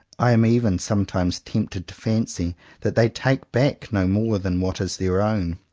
i am even sometimes tempted to fancy that they take back no more than what is their own.